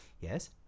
yes